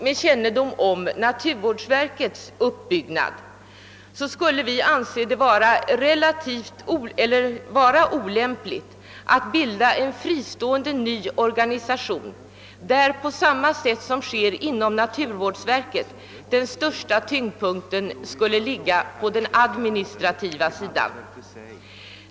Med kännedom om naturvårdsverkets uppbyggnad skulle vi anse det vara olämpligt att bilda en fristående ny organisation, där på samma sätt som sker inom «naturvårdsverket den största tyngdpunkten skulle ligga på den administrativa sidan.